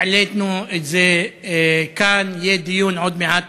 העלינו את זה כאן, יהיה דיון עוד מעט